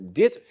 dit